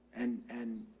and, and,